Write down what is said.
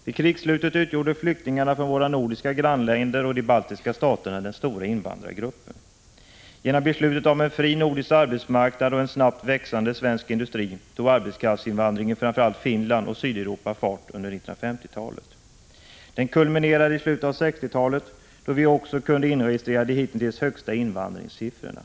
Vid krigsslutet utgjorde flyktingarna från våra nordiska grannländer och de baltiska staterna den stora invandrargruppen. Genom beslutet om en fri nordisk arbetsmarknad och till följd av en snabbt växande svensk industri tog arbetskraftsinvandringen från framför allt Finland och Sydeuropa fart under 1950-talet. Den kulminerade i slutet av 1960-talet, då vi också kunde inregistrera de hitintills högsta invandringssiffrorna.